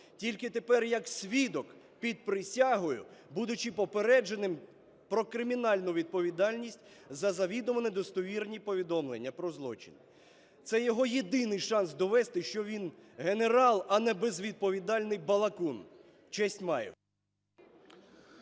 тільки тепер як свідок під присягою, будучи попередженим про кримінальну відповідальність за завідомо недостовірні повідомлення про злочин. Це його єдиний шанс довести, що він генерал, а не безвідповідальний балакун. Честь маю!